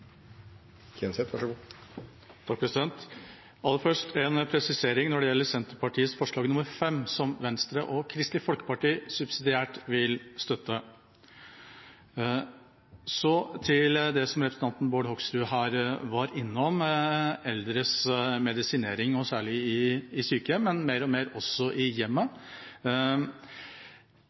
Aller først en presisering når det gjelder Senterpartiets forslag nr. 5: Det forslaget vil Venstre og Kristelig Folkeparti subsidiært støtte. Så til det som representanten Bård Hoksrud var innom, nemlig medisinering av eldre, særlig i sykehjem, men mer og mer også i hjemmet.